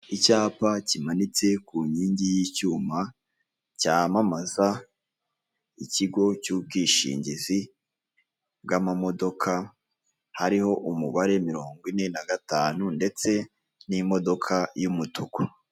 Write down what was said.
Icyapa kimanitse ku nkingi y'icyuma, cyamamaza ikigo cy'ubwishingizi bw'amamodoka, hariho umubare mirongo ine na gatanu ndetse n'imodoka y'umutuku.